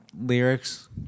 lyrics